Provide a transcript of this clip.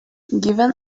given